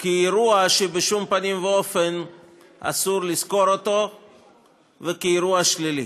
כאירוע שבשום פנים ואופן אסור לזכור אותו וכאירוע שלילי.